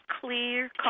clear